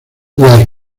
las